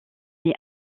est